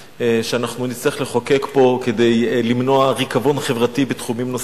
שנצטרך לחוקק פה כדי למנוע ריקבון חברתי בתחומים נוספים.